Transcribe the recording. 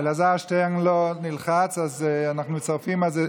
אצל אלעזר שטרן לא נלחץ, אז אנחנו מצרפים אותך.